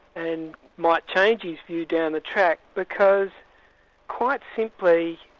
and might change his view down the track, because quite simply,